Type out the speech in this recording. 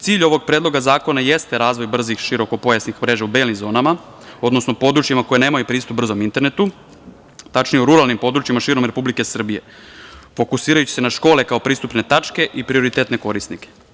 Cilj ovog Predloga zakona jeste razvoj brzih širokopojasnih mreža u belim zonama, odnosno područjima koja nemaju pristup brzom internetu, tačnije u ruralnim područjima širom Republike Srbije, fokusirajući se na škole kao pristupne tačke i prioritetne korisnike.